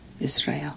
Israel